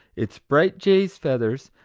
its bright jay's feathers,